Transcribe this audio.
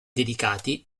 dedicati